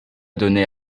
donnait